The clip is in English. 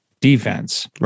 defense